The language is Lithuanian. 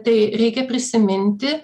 tai reikia prisiminti